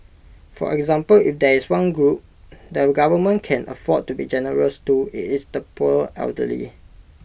for example if there is one group the government can afford to be generous to IT is the poor elderly